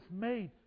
made